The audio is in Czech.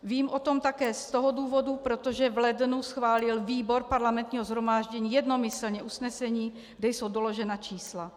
Vím o tom také z toho důvodu, protože v lednu schválil výbor Parlamentního shromáždění jednomyslně usnesení, kde jsou doložena čísla.